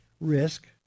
risk